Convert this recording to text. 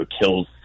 kills